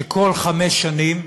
שבכל חמש שנים,